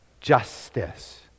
Justice